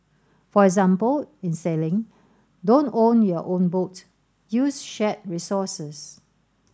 for example in sailing don't own your own boat use shared resources